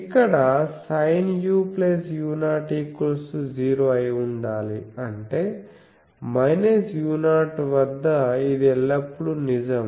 ఇక్కడ sinu u0 0 అయి ఉండాలి అంటే u0 వద్ద ఇది ఎల్లప్పుడూ నిజం